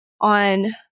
on